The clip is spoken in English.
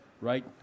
right –